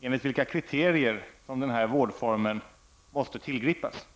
enligt vilka kriterier som den här vårdformen måste tillgripas.